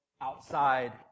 outside